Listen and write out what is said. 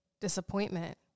disappointment